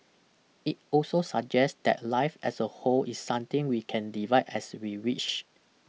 it also suggest that life as a whole is something we can divide as we wish